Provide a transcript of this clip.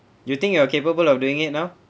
you think you are capable of doing it now